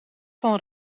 van